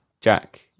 Jack